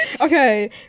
Okay